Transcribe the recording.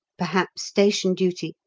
perhaps station duty,